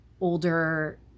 older